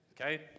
okay